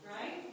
right